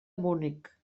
munic